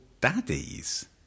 Daddies